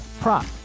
prop